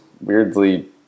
weirdly